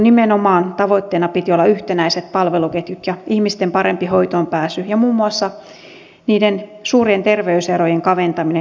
nimenomaan tavoitteena piti olla yhtenäiset palveluketjut ihmisten parempi hoitoon pääsy ja muun muassa niiden suurien terveyserojen kaventaminen